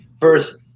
first